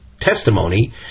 testimony